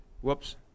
Whoops